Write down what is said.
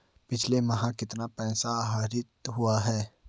पिछले माह कितना पैसा आहरित हुआ है?